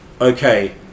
Okay